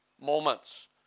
moments